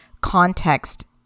context